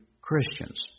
Christians